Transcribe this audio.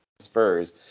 Spurs